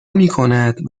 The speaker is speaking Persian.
میکند